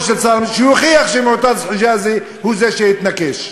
יודע שאתם לא סובלים מחוסר פענוחים.